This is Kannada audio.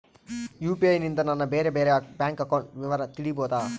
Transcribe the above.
ಯು.ಪಿ.ಐ ನಿಂದ ನನ್ನ ಬೇರೆ ಬೇರೆ ಬ್ಯಾಂಕ್ ಅಕೌಂಟ್ ವಿವರ ತಿಳೇಬೋದ?